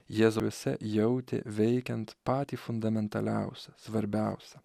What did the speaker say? jėzaus dvasia jautė veikiant patį fundamentaliausią svarbiausią